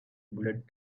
bullet